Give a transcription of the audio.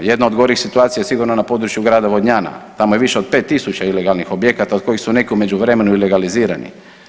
Jedna od gorih situacija je sigurno na području grada Vodnjana, tamo je više od 5000 ilegalnih objekata, od kojih su neki u međuvremenu i legalizirani.